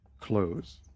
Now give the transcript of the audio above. close